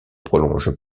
prolonge